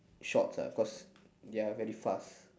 shots ah cause they are very fast